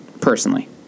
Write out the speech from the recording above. Personally